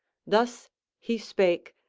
thus he spake,